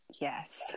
Yes